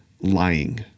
lying